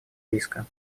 риска